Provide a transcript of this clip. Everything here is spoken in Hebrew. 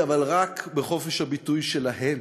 הביטוי, אבל רק בחופש הביטוי שלהם.